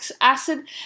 acid